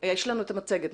יש לנו את המצגת.